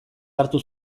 hartu